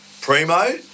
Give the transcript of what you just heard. primo